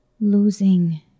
losing